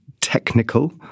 technical